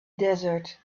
desert